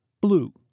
blue